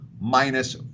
minus